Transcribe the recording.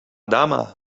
dama